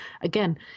again